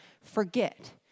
forget